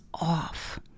off